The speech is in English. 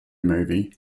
movie